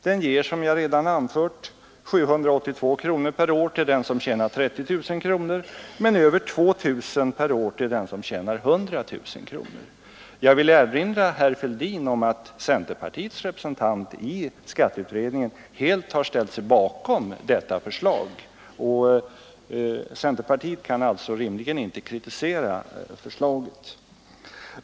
Den ger, som jag redan anfört, 782 kronor per år till den som tjänar 30 000 kronor men över 2 000 kronor per år till den som tjänar 100 000 kronor. Jag vill erinra herr Fälldin om att centerpartiets representant i skatteutredningen helt ställt sig bakom detta förslag. Centerpartiet kan alltså inte rimligen kritisera förslaget.